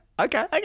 Okay